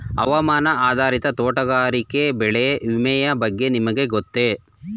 ಹವಾಮಾನ ಆಧಾರಿತ ತೋಟಗಾರಿಕೆ ಬೆಳೆ ವಿಮೆಯ ಬಗ್ಗೆ ನಿಮಗೆ ಗೊತ್ತೇ?